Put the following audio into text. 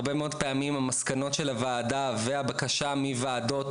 הרבה מאוד פעמים המסקנות של הוועדה והבקשה מוועדות,